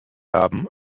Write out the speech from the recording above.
haben